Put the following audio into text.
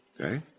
Okay